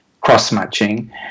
cross-matching